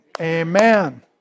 amen